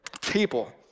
people